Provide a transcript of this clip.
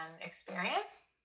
experience